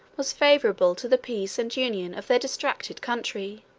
was favorable to the peace and union of their distracted country